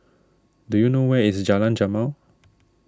do you know where is Jalan Jamal